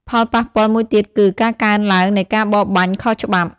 ផលប៉ះពាល់មួយទៀតគឺ ការកើនឡើងនៃការបរបាញ់ខុសច្បាប់។